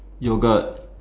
yogurt